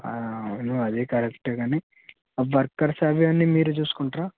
నువ్వు అదే కరక్ట్ గానీ వర్కర్స్ అవి అన్నీ మీరే చూసుకుంటారా